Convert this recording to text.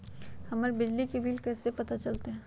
हमर बिजली के बिल कैसे पता चलतै?